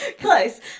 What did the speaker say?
Close